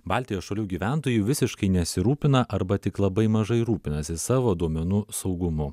baltijos šalių gyventojų visiškai nesirūpina arba tik labai mažai rūpinasi savo duomenų saugumu